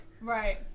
Right